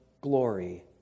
glory